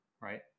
right